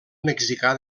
mexicà